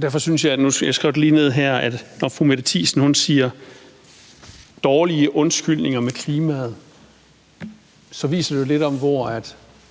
det lige ned her – at når fru Mette Thiesen taler om dårlige undskyldninger om klimaet, viser det jo lidt om, hvor